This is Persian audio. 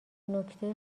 نکته